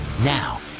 now